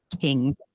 king